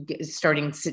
starting